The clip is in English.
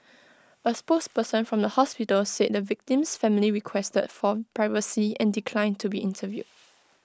A spokesperson from the hospital said the victim's family requested for privacy and declined to be interviewed